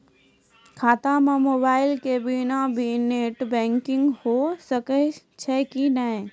खाता म मोबाइल के बिना भी नेट बैंकिग होय सकैय छै कि नै?